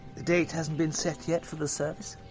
the date hasn't been set yet, for the service?